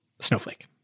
Snowflake